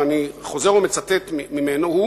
ואני חוזר ומצטט ממנו,